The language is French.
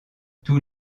tous